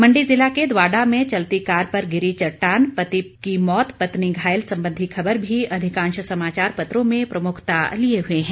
मंडी जिला के दवाड़ा में चलती कार पर गिरी चट्टान पति की मौत पत्नी घायल संबंधी खबर भी अधिकांश समाचार पत्रों में प्रमुखता लिए हुए है